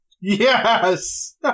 Yes